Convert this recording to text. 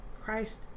Christ